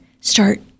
start